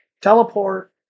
teleport